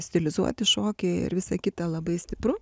stilizuoti šokiai ir visa kita labai stipru